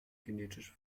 genetische